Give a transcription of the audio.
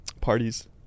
parties